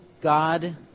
God